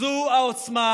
זאת העוצמה,